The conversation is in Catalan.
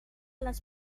les